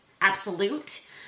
absolute